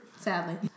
Sadly